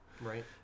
Right